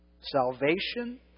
Salvation